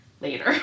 later